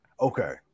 okay